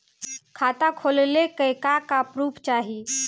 खाता खोलले का का प्रूफ चाही?